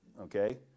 Okay